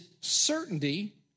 certainty